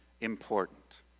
important